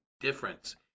difference